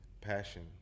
passion